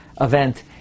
event